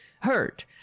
hurt